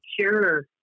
Sure